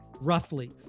roughly